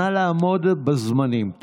נא לעמוד בזמנים.